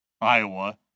Iowa